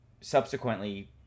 subsequently